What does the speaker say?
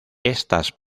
estas